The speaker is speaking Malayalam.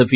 എഫ്